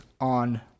on